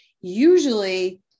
Usually